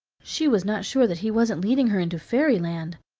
she was not sure that he wasn't leading her into fairyland.